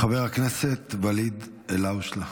חבר הכנסת ואליד אלהואשלה.